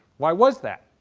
why was that?